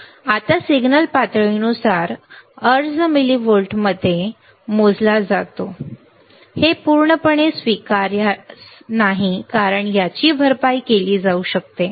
आता सिग्नल पातळीनुसार अर्ज मिलिव्होल्टमध्ये मोजला जातो हे पूर्णपणे स्वीकार्य नाही याची भरपाई केली जाऊ शकते